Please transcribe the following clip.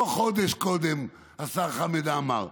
לא חודש קודם, השר חמד עמאר.